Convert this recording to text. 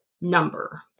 number